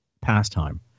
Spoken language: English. pastime